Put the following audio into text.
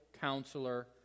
Counselor